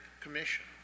Commission